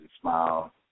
smile